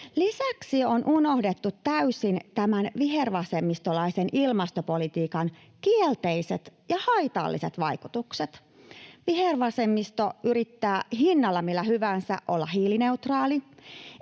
Lisäksi on unohdettu täysin tämän vihervasemmistolaisen ilmastopolitiikan kielteiset ja haitalliset vaikutukset. Vihervasemmisto yrittää hinnalla millä hyvänsä olla hiilineutraali,